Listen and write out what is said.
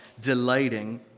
delighting